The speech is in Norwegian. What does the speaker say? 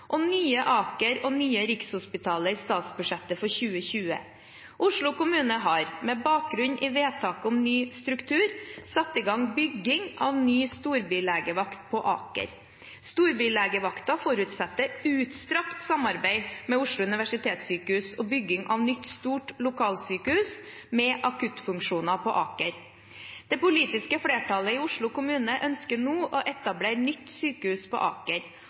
og til Nye Aker og Nye Rikshospitalet i statsbudsjettet for 2020. Oslo kommune har, med bakgrunn i vedtaket om ny struktur, satt i gang bygging av en ny storbylegevakt på Aker. Storbylegevakten forutsetter et utstrakt samarbeid med Oslo universitetssykehus og bygging av et nytt stort lokalsykehus med akuttfunksjoner på Aker. Det politiske flertallet i Oslo kommune ønsker nå å etablere et nytt sykehus på Aker